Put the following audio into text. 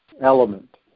element